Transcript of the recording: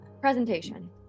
presentation